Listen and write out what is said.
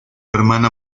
hermana